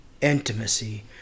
intimacy